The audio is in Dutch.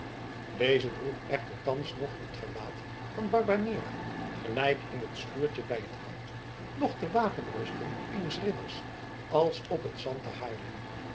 deze droeg echter thans noch het gewaad van barbanera gelijk in het schuurtje bij den hout noch de wapenrusting eens ridders als op het zand te